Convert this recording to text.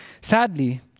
Sadly